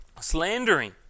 slandering